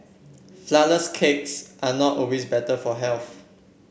flourless cakes are not always better for health